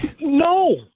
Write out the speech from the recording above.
No